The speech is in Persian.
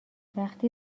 وقتی